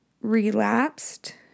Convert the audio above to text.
relapsed